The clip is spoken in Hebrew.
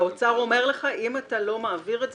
והאוצר אומר לך שאם אתה לא מעביר את זה